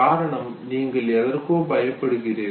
காரணம் நீங்கள் எதற்கோ பயப்படுகிறீர்கள்